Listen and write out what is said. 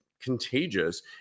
contagious